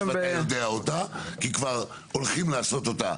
אני יודע אותה, כי כבר הולכים לעשות אותה.